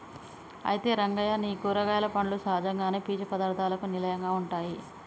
అయితే రంగయ్య నీ కూరగాయలు పండ్లు సహజంగానే పీచు పదార్థాలకు నిలయంగా ఉంటాయి